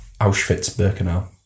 Auschwitz-Birkenau